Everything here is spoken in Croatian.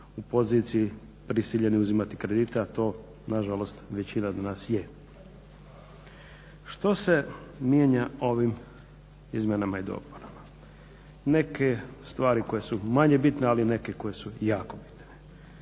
u poziciji prisiljeni uzimati kredite a to na žalost većina od nas je. Što se mijenja ovim izmjenama i dopunama? Neke stvari koje su manje bitne, ali i neke koje su jako bitne.